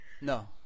No